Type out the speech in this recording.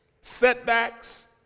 Setbacks